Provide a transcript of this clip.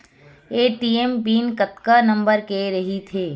ATM PIN कतका number के रही थे?